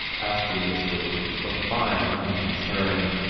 asked the minister, with a fine unconcern.